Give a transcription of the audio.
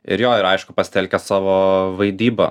ir jo ir aišku pasitelkęs savo vaidybą